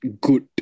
good